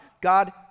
God